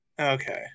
Okay